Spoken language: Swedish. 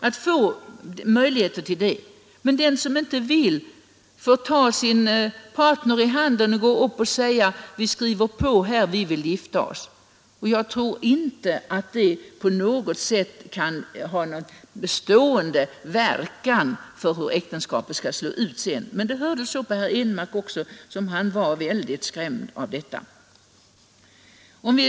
Och den som inte vill gifta sig på detta sätt kan ta sin partner i handen och gå till registreringskontoret och säga att man vill skriva på giftermålspapperen. Det här tror jag inte alls har någon bestående inverkan på hur äktenskapet kommer att utfalla. Men det verkade som om också herr Henmark var mycket skrämd av detta.